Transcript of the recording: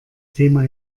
thema